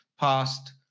past